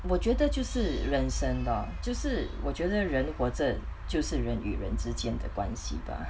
我觉得就是人生 bah 就是我觉得人活着就是人与人之间的关系 bah